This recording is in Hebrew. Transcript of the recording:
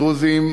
דרוזים,